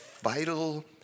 vital